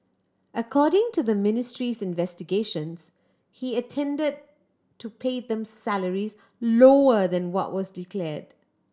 according to the ministry's investigations he intended to pay them salaries lower than what was declared